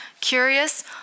curious